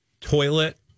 Toilet